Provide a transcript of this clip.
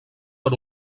per